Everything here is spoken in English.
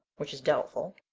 which is doubtful.